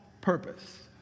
purpose